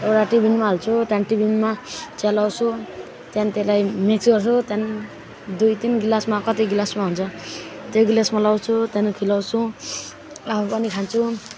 एउटा टिफिनमा हाल्छु त्यहाँदेखि टिफिनमा चिया लगाउँछु त्यहाँदेखि त्यसलाई मिक्स गर्छु त्यहाँदेखि दुई तिन ग्लासमा कति ग्लासमा हुन्छ त्यो ग्लासमा लगाउँछु त्यहाँदेखि खुवाउँछु आफू पनि खान्छु